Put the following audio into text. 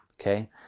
Okay